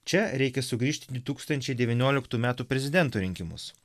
čia reikia sugrįžt į du tūkstančiai devynioliktų metų prezidento rinkimus